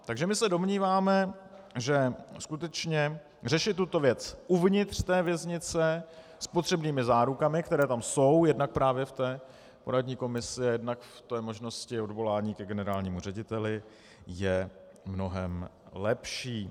Takže my se domníváme, že skutečně řešit tuto věc uvnitř té věznice s potřebnými zárukami, které tam jsou jednak právě v té poradní komisi a jednak v té možnosti odvolání ke generálnímu řediteli, je mnohem lepší.